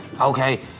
okay